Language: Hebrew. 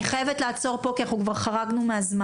אני חייבת לעצור פה כי אנחנו כבר חרגנו מהזמן.